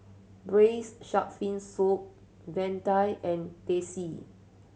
braise shark fin soup vadai and Teh C